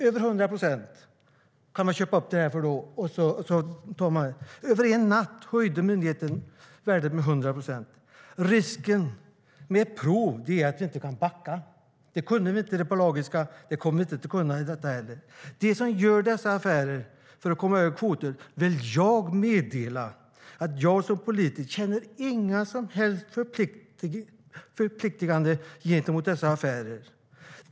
Över en natt höjde myndigheten värdet med hundra procent. Risken med ett prov är att det inte går att backa. Det kunde vi inte med det pelagiska, och det kommer vi att kunna med det här heller. De som gör dessa affärer för att komma över kvoter vill jag meddela att jag som politiker inte känner några som helst förpliktelser mot dem.